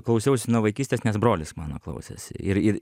klausiausi nuo vaikystės nes brolis mano klausėsi ir ir